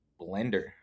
blender